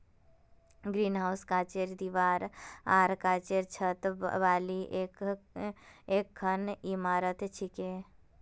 greenhouse कांचेर दीवार आर कांचेर छत वाली एकखन इमारत छिके